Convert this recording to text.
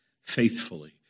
faithfully